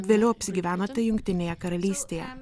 vėliau apsigyvenote jungtinėje karalystėje